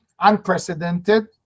unprecedented